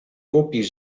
głupich